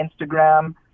Instagram